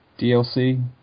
DLC